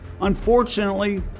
Unfortunately